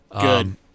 Good